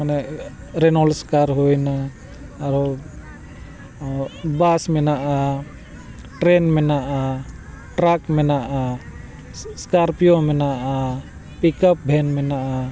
ᱢᱟᱱᱮ ᱨᱮᱱᱚᱞᱥ ᱠᱟᱨ ᱦᱩᱭᱱᱟ ᱟᱨᱚ ᱵᱟᱥ ᱢᱮᱱᱟᱜᱼᱟ ᱴᱨᱮᱱ ᱢᱮᱱᱟᱜᱼᱟ ᱴᱨᱟᱠ ᱢᱮᱱᱟᱜᱼᱟ ᱥᱠᱟᱨᱯᱤᱭᱳ ᱢᱮᱱᱟᱜᱼᱟ ᱯᱤᱠᱟᱯ ᱵᱷᱮᱱ ᱢᱮᱱᱟᱜᱼᱟ